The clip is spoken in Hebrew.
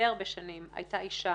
הרבה-הרבה שנים הייתה אישה